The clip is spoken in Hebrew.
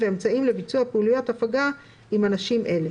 ואמצעים לביצוע פעילויות הפגה עם אנשים אלה,